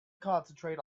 concentrate